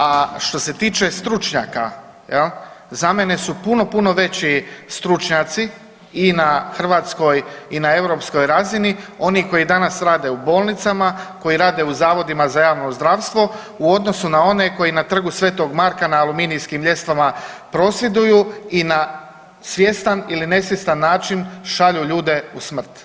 A što se tiče stručnjaka jel, za mene su puno, puno veći stručnjaci i na hrvatskoj i na europskoj razini oni koji danas rade u bolnicama, koji rade u Zavodima za javno zdravstvo, u odnosu na one koji na Trgu Svetog Marka na aluminijskim ljestvama prosvjeduju i na svjestan ili ne svjestan način šalju ljude u smrt.